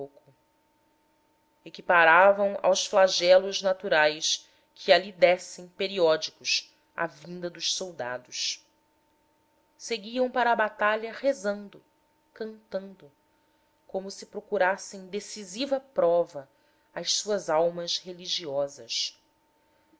equiparavam aos flagelos naturais que ali descem periódicos a vinda dos soldados seguiam para a batalha rezando cantando como se procurassem decisiva prova às suas almas religiosas